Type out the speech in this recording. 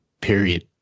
period